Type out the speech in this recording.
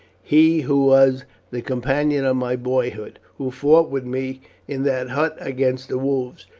he who was the companion of my boyhood, who fought with me in that hut against the wolves,